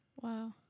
Wow